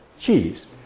Cheese